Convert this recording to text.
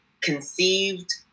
conceived